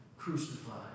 crucified